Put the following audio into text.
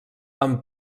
amb